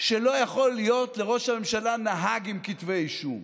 שלא יכול להיות לראש הממשלה נהג עם כתבי אישום,